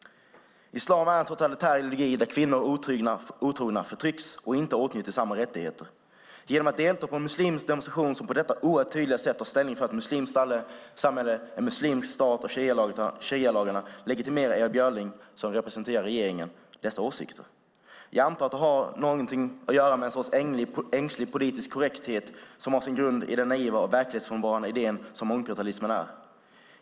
Islam är en totalitär ideologi där kvinnor och otrogna förtrycks och inte åtnjuter samma rättigheter som andra. Genom att delta i en muslimsk demonstration som på detta oerhört tydliga sätt tar ställning för ett muslimskt samhälle, en muslimsk stat och sharialagarna legitimerar Ewa Björling, som representerar regeringen, dessa åsikter. Jag antar att det har någonting att göra med någon sorts ängslig politisk korrekthet som har sin grund i den naiva och verklighetsfrånvända idé som mångkulturalismen är.